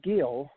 Gill